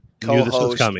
co-host